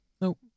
Nope